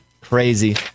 Crazy